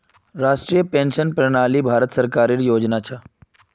राष्ट्रीय पेंशन प्रणाली भारत सरकारेर योजना छ